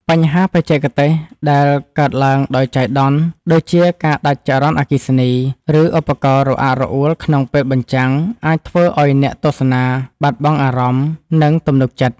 បញ្ហាបច្ចេកទេសដែលកើតឡើងដោយចៃដន្យ ដូចជាការដាច់ចរន្តអគ្គិសនី ឬឧបករណ៍រអាក់រអួលក្នុងពេលបញ្ចាំង អាចធ្វើឱ្យអ្នកទស្សនាបាត់បង់អារម្មណ៍ និងទំនុកចិត្ត។